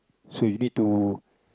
so you need to